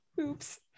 oops